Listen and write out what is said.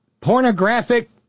Pornographic